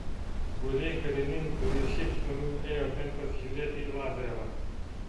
būriai karininkų ir šiaip žmonių ėjo bent pasižiūrėti į lazarevą